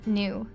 new